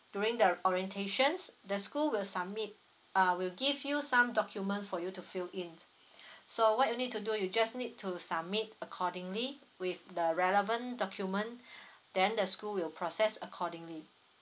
during the orientation the school will submit uh will give you some document for you to fill in so what you need to do you just need to submit accordingly with the relevant document then the school will process accordingly